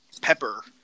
pepper